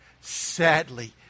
sadly